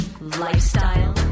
lifestyle